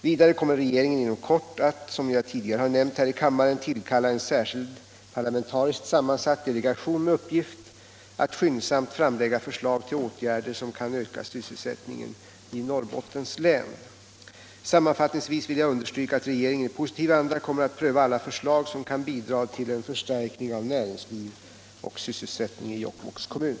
Vidare kommmer regeringen inom kort att, som jag tidigare har nämnt här i kammaren, tillkalla en särskild parlamentariskt sammansatt delegation med uppgift att skyndsamt framlägga förslag till åtgärder som kan öka sysselsättningen i Norrbottens län. Sammanfattningsvis vill jag understryka att regeringen i positiv anda kommer att pröva alla förslag som kan bidra till en förstärkning av näringsliv och sysselsättning i Jokkmokks kommun.